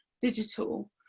digital